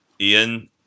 Ian